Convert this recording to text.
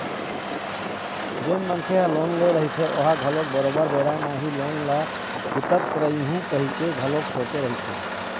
जेन मनखे ह लोन ले रहिथे ओहा घलोक बरोबर बेरा म ही लोन ल छूटत रइहूँ कहिके घलोक सोचे रहिथे